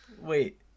Wait